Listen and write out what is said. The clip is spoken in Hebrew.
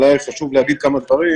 אבל היה לי חשוב להגיד כמה דברים